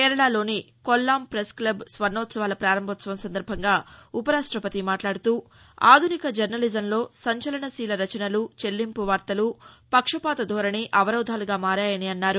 కేరళలోని కొల్లాం పెస్క్లబ్ స్వర్ణోత్సవాల ప్రారంభోత్సవం సందర్భంగా ఉప రాష్టపతి మాట్లాడుతూఆధునిక జర్నలిజంలో సంచలన శీల రచనలు చెల్లింపు వార్తలు పక్షపాత ధోరణి అవరోధాలుగా మారాయని అన్నారు